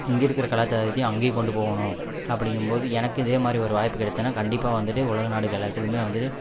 இங்கே இருக்கிற கலாச்சாரத்தையும் அங்கேயும் கொண்டு போகணும் அப்படிங்கும் போது எனக்கு இதே மாதிரி ஒரு வாய்ப்பு கிடைச்சா நான் கண்டிப்பாக வந்துட்டு உலக நாடுகள் எல்லாத்துக்குமே வந்துட்டு